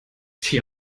die